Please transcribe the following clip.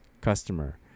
customer